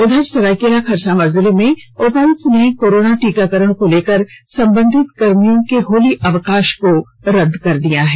उधर सरायकेला खरसावां जिले में उपायुक्त ने कोरोना टीकाकरण को लेकर संबंधित कर्मियों के होली अवकाश को रद्द कर दिया है